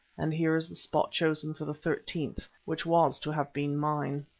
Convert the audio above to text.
and here is the spot chosen for the thirteenth, which was to have been mine.